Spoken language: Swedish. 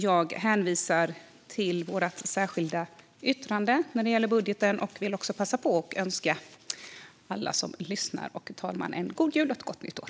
Jag hänvisar till vårt särskilda yttrande när det gäller budgeten, och passar på att önska alla som lyssnar och talmannen en god jul och ett gott nytt år.